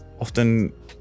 often